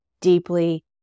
deeply